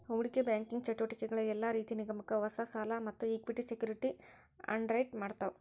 ಹೂಡಿಕಿ ಬ್ಯಾಂಕಿಂಗ್ ಚಟುವಟಿಕಿಗಳ ಯೆಲ್ಲಾ ರೇತಿ ನಿಗಮಕ್ಕ ಹೊಸಾ ಸಾಲಾ ಮತ್ತ ಇಕ್ವಿಟಿ ಸೆಕ್ಯುರಿಟಿ ಅಂಡರ್ರೈಟ್ ಮಾಡ್ತಾವ